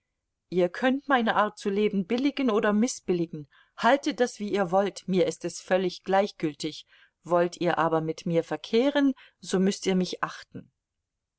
ihr könnt meine art zu leben billigen oder mißbilligen haltet das wie ihr wollt mir ist es völlig gleichgültig wollt ihr aber mit mir verkehren so müßt ihr mich achten